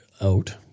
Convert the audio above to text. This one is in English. out